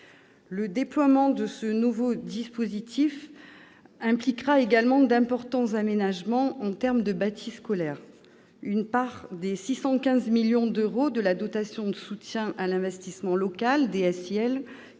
Le déploiement de ce nouveau dispositif impliquera également d'importants aménagements en termes de bâti scolaire. Une part des 615 millions d'euros de la dotation de soutien à l'investissement local, la DSIL,